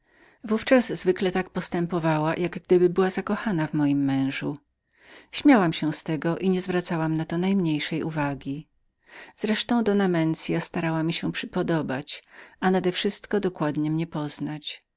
razach zwykle postępowała jak gdyby była zakochaną w moim mężu śmiałam się z tego on zaś bynajmniej nie zwracał na to uwagi z resztą doa mensia starała mi się przypodobać a nadewszystko dokładnie mnie poznać